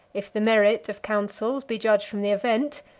if the merit of counsels be judged from the event,